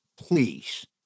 please